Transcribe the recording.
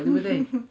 mmhmm hmm